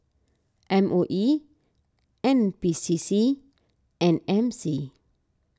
M O E N P C C and M C